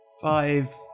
Five